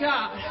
God